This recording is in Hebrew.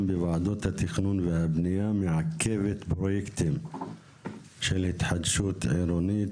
בוועדות התכנון והבנייה מעכבת פרויקטים של התחדשות עירונית",